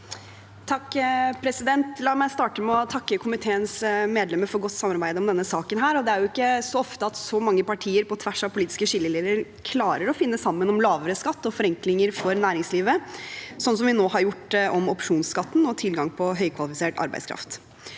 for saken): La meg starte med å takke komiteens medlemmer for godt samarbeid om denne saken. Det er ikke så ofte så mange partier på tvers av politiske skillelinjer klarer å finne sammen om lavere skatt og forenklinger for næringslivet, slik vi nå har gjort om opsjonsskatten og tilgang på høykvalifisert arbeidskraft.